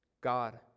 God